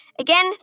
Again